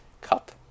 cup